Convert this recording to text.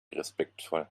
respektvoll